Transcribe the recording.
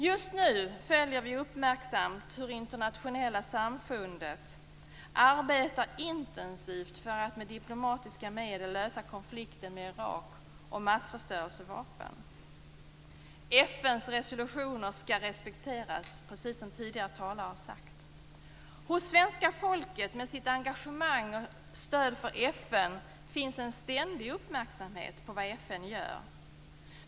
Just nu följer vi uppmärksamt hur det internationella samfundet arbetar intensivt för att med diplomatiska medel lösa konflikten med Irak om massförstörelsevapen. FN:s resolutioner skall respekteras, precis som tidigare talare har sagt. Hos svenska folket med sitt engagemang och stöd för FN finns en ständig uppmärksamhet på vad FN gör.